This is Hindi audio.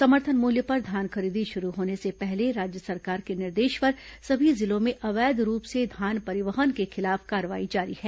समर्थन मुल्य पर धान खरीदी शुरू होने से पहले राज्य सरकार के निर्देश पर सभी जिलों में अवैध रूप से धान परिवहन के खिलाफ कार्रवाई जारी है